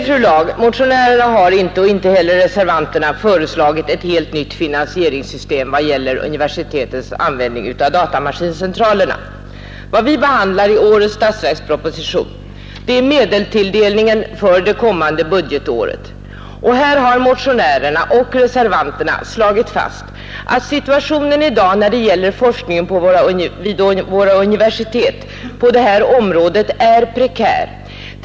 Fru talman! Nej, fru Laag, varken motionärerna eller reservanterna har föreslagit ett helt nytt finansieringssystem för universitetens användning av datamaskincentralerna. Vad vi behandlar i årets statsverksproposition är medelstilldelningen för det kommande budgetåret, och härvidlag har motionärerna och reservanterna slagit fast att situationen i dag när det gäller forskningen vid våra universitet på detta område är prekär.